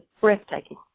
breathtaking